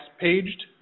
paged